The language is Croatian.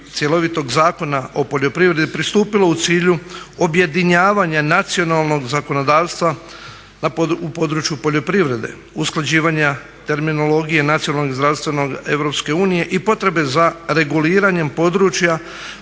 cjelovitog Zakona o poljoprivredi pristupilo u cilju objedinjavanja nacionalnog zakonodavstva u području poljoprivrede, usklađivanja terminologije nacionalnog i zdravstvenog Europske unije i potrebe za reguliranjem područja